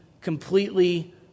completely